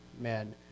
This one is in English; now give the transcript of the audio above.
men